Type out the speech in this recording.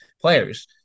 players